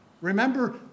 Remember